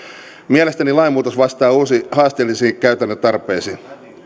mielestäni lainmuutos vastaa uusiin haasteellisiin käytännön tarpeisiin